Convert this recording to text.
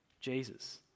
Jesus